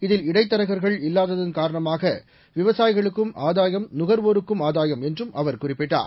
இதில் இடைத்தரகர்கள் இல்லாததன் காரணமாக விவசாயிகளுக்கும் ஆதாயம் நுகர்வோருக்கும் ஆதாயம் என்றும் அவர் குறிப்பிட்டார்